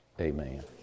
amen